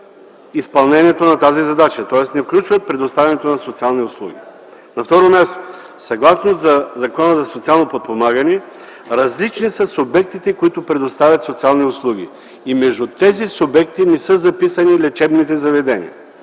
изпълнението на тази задача, тоест не включват предоставянето на социални услуги. На второ място – съгласно Закона за социално подпомагане различни са субектите, които предоставят социални услуги и между тези субекти не са записани лечебните заведения.